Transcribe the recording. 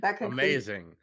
Amazing